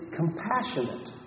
compassionate